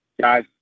Guys